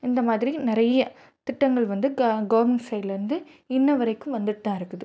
இந்தமாதிரி நிறைய திட்டங்கள் வந்து க கவுர்மெண்ட் சைட்லேருந்து இன்ன வரைக்கும் வந்துட்டுதான் இருக்குது